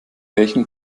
welchen